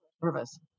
service